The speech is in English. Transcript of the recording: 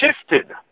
shifted